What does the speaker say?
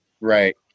Right